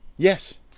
yes